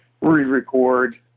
re-record